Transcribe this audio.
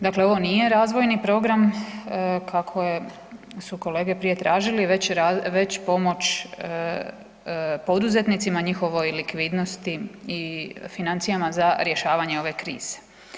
Dakle ovo nije razvojni program kako su kolege prije tražili već pomoć poduzetnicima, njihovoj likvidnosti i financijama za rješavanje ove krize.